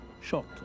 shot